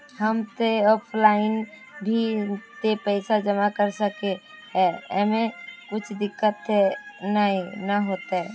हम ते ऑफलाइन भी ते पैसा जमा कर सके है ऐमे कुछ दिक्कत ते नय न होते?